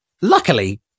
luckily